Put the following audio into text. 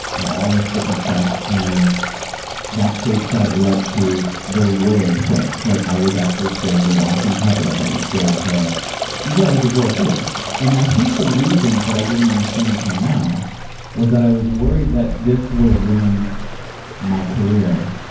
and all of this different stuff, and that stage fright lead to the world fright like, i was actually scared to walk in public. i was scared to you got like agoraphobia and i think the reason that i didn't understand until now was that i was worried that this will ruin my career,